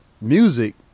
music